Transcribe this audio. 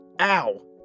ow